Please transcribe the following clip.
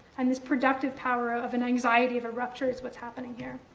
um this productive power of an anxiety of a rupture is what's happening here.